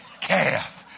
calf